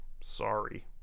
sorry